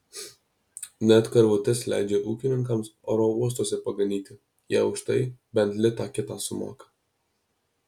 net karvutes leidžia ūkininkams oro uostuose paganyti jei už tai bent litą kitą sumoka